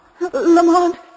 Lamont